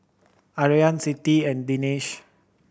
Aryan Siti and Danish